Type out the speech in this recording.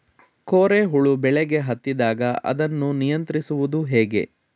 ಕೋರೆ ಹುಳು ಬೆಳೆಗೆ ಹತ್ತಿದಾಗ ಅದನ್ನು ನಿಯಂತ್ರಿಸುವುದು ಹೇಗೆ?